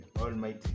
Almighty